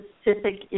specific